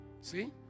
See